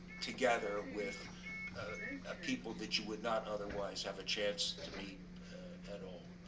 together with ah ah people that you would not otherwise have a chance to meet at all.